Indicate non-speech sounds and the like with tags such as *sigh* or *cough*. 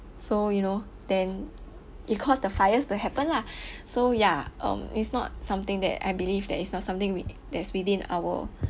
so you know then it caused the fires to happen lah *breath* so ya um it's not something that I believe that it's not something we that's within our